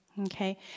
okay